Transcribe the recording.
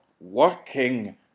working